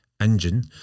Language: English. engine